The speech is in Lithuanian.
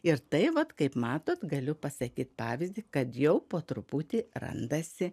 ir tai vat kaip matot galiu pasakyt pavyzdį kad jau po truputį randasi